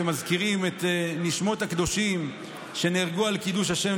כשמזכירים את נשמות הקדושים שנהרגו על קידוש השם,